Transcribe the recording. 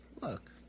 look